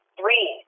Three